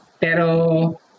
Pero